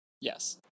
Yes